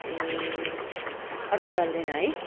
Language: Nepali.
ए अटो चल्दैन है